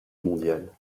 mondial